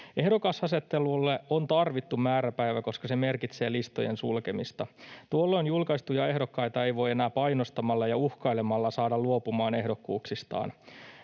Ehdokasasettelulle on tarvittu määräpäivä, koska se merkitsee listojen sulkemista. Tuolloin julkaistuja ehdokkaita ei voi enää painostamalla ja uhkailemalla saada luopumaan ehdokkuuksistaan.